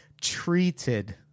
treated